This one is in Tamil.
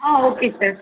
ah okay sir